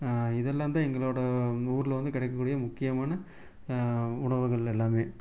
இதெல்லாம் தான் எங்களோடய ஊர்ல வந்து கிடைக்கக்கூடிய முக்கியமான உணவுகள் எல்லாமே